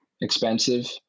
expensive